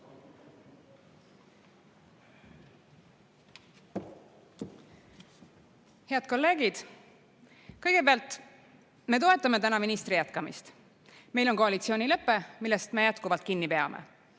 Head kolleegid! Kõigepealt, me toetame täna ministri jätkamist. Meil on koalitsioonilepe, millest me jätkuvalt kinni peame.